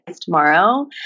tomorrow